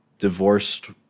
divorced